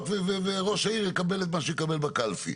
וראש העיר יקבל את מה שיקבל בקלפי.